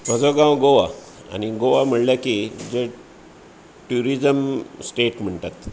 म्हजो गांव गोवा आनी गोवा म्हणले की जे ट्युरिजम स्टॅट म्हणटात